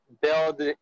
build